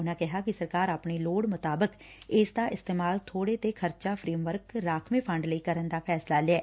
ਉਨੁਾਂ ਕਿਹਾ ਕਿ ਸਰਕਾਰ ਆਪਣੀ ਲੋੜ ਅਨੁਸਾਰ ਇਸ ਦਾ ਇਸਤੇਮਾਲ ਥੋੜੇ ਦੇ ਖਰਚਾ ਫਰੇਮਵਰਕ ਰਾਖਵੇਂ ਫੰਡ ਲਈ ਕਰਨ ਦਾ ਫੈਸਲਾ ਲਿਐ